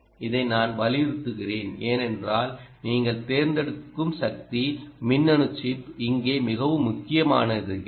இதை நான் வலியுறுத்துகிறேன் ஏனென்றால் நீங்கள் தேர்ந்தெடுக்கும் சக்தி மின்னணு சிப் இங்கே மிகவும் முக்கியமானதாகிறது